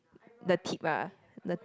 the tip ah the